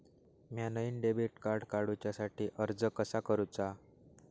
म्या नईन debit card काडुच्या साठी अर्ज कसा करूचा?